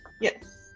Yes